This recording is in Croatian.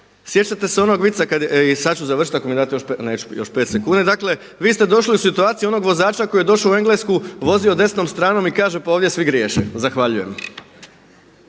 sjećate se onog vica kad je, i sad ću završiti ako mi date još pet sekundi, dakle vi ste došli u situaciju onog vozača koji je došao u Englesku, vozio desnom stranom i kaže pa ovdje svi griješe. Zahvaljujem.